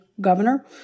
governor